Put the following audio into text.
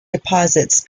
deposits